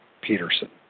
Peterson